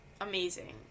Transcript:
amazing